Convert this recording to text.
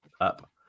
up